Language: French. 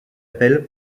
appel